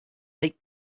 lake